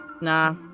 nah